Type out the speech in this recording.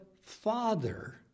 father